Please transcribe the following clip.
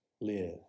live